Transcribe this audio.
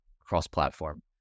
cross-platform